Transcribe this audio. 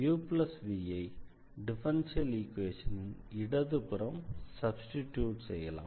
uv ஐ differential ஈக்வேஷனின் இடதுபுறம் சப்ஸ்டிடியூட் செய்யலாம்